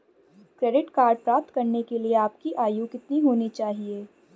Credit card प्राप्त करने के लिए आपकी आयु कितनी होनी चाहिए?